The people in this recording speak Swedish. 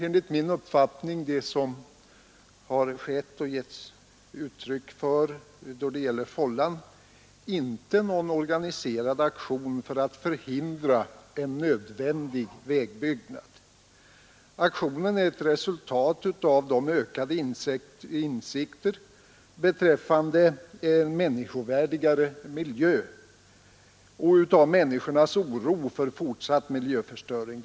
Enligt min mening är vad som skett och vad man givit uttryck för när det gäller vägbygget vid Fållan inte någon organiserad aktion för att förhindra en nödvändig vägbyggnad. Aktionen och protesterna är ett resultat av ökade insikter när det gäller en människovärdigare miljö och ett uttryck för människornas oro för fortsatt miljöförstöring.